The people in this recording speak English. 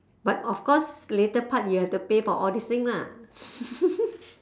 but of course later part you have to pay for all these thing lah